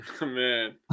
Man